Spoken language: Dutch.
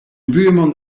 buurman